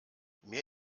mir